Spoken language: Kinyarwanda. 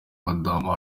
madamu